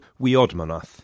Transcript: Weodmonath